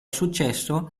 successo